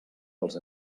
els